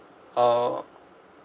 err